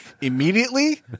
Immediately